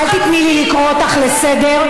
אל תיתני לי לקרוא אותך לסדר.